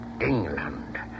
England